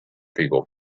people